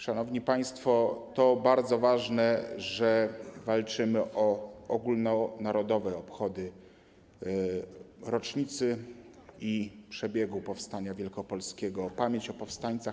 Szanowni państwo, to bardzo ważne, że walczymy o ogólnonarodowe obchody rocznicy i przebiegu powstania wielkopolskiego, pamięć o powstańcach.